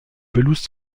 pelouse